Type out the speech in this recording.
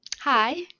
Hi